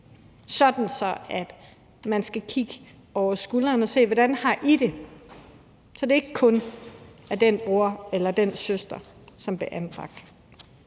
at man skal kigge børnene over skulderen og se, hvordan I har det, så det ikke kun handler om den bror eller søster, som blev anbragt.